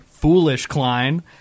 FoolishKlein